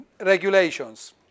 regulations